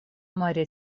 марья